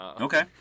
Okay